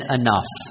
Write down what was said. enough